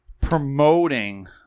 promoting